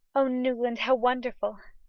oh newland, how wonderful!